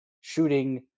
shooting